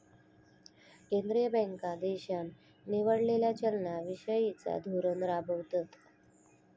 केंद्रीय बँका देशान निवडलेला चलना विषयिचा धोरण राबवतत